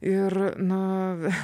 ir na